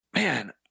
man